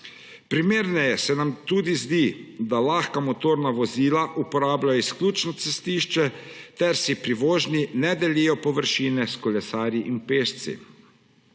Primerneje se nam tudi zdi, da lahka motorna vozila uporabljajo izključno cestišče ter si pri vožnji ne delijo površine s kolesarji in pešci.